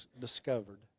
discovered